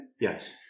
yes